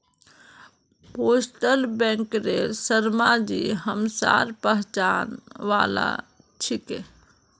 postal बैंकेर शर्माजी हमसार पहचान वाला छिके